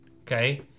okay